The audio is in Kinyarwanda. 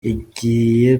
igiye